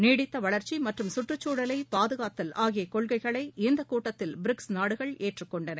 நீடித்த வளர்ச்சி மற்றும் சுற்றுச்சூழலை பாதுகாத்தல் ஆகிய கொள்கைகளை இந்த கூட்டத்தில் பிரிக்ஸ் நாடுகள் ஏற்றுக்கொண்டன